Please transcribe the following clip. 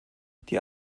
die